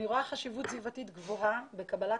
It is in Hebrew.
אני רואה חשיבות סביבתית גבוהה בקבלת